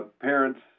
parents